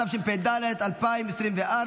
התשפ"ד 2024,